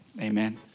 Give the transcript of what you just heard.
amen